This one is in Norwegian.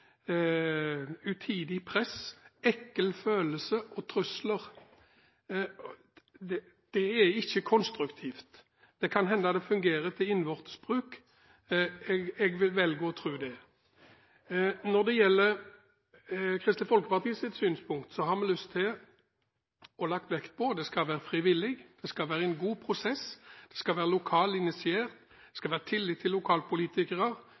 press», «ekkel følelse» og «trusler». Dette er ikke konstruktivt. Kanskje fungerer det til innvortes bruk. Jeg velger å tro det. Når det gjelder Kristelig Folkepartis synspunkt, har vi lagt vekt på at det skal være frivillig, det skal være en god prosess, det skal være lokalt initiert, det skal være tillit til